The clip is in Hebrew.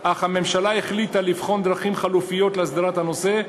אך הממשלה החליטה לבחון דרכים חלופיות להסדרת הנושא,